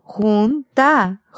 junta